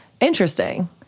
Interesting